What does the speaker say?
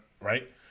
right